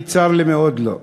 צר לי מאוד, לא.